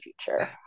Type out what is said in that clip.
future